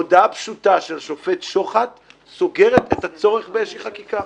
הודעה פשוטה של השופט שוחט סוגרת את הצורך באיזושהי חקיקה.